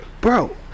Bro